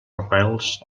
arrels